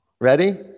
Ready